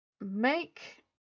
make